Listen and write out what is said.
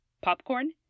popcorn